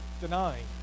denying